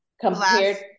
compared